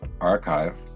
archive